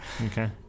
Okay